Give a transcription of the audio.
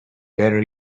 better